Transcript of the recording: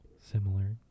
similar